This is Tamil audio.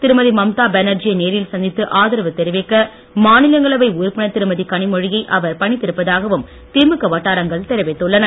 திருமதி மம்தா பேனர்ஜியை நேரில் சந்தித்து ஆதரவு தெரிவிக்க மாநிலங்களவை உறுப்பினர் திருமதி கனிமொழியை அவர் பணித்திருப்பதாகவும் திமுக வட்டாரங்கள் தெரிவித்துள்ளன